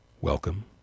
Welcome